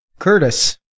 Curtis